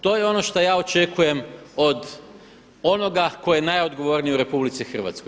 To je ono što ja očekujem od onoga tko je najodgovorniji u RH.